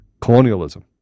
colonialism